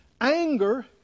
anger